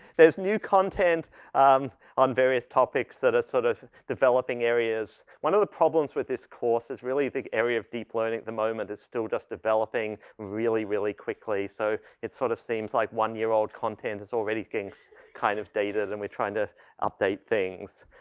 there's new content and on various topics that are sort of developing areas. one of the problems with this course is really big area of deep learning at the moment is still just developing really really quickly. so, it's sort of seems like one-year-old content is already things kind of data and we're trying to update things.